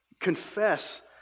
confess